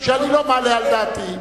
שאני לא מעלה על דעתי,